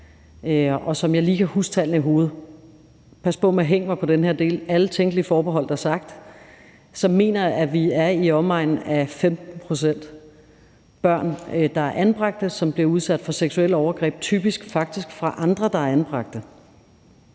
og som jeg lige kan huske tallene i hovedet – pas på med at hænge mig op på den her del; det er sagt med alle tænkelige forbehold – så mener jeg, at vi er i omegnen af 15 pct. børn, der er anbragte, og som bliver udsat for seksuelle overgreb, typisk faktisk fra andre, der er anbragte.